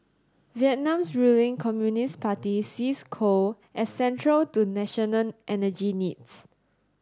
Vietnam's ruling Communist Party sees coal as central to national energy needs